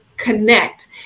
connect